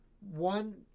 One